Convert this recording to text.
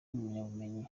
impamyabumenyi